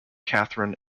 catherine